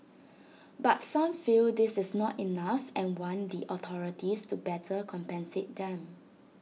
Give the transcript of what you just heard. but some feel this is not enough and want the authorities to better compensate them